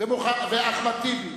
ואחמד טיבי,